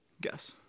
guess